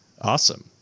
Awesome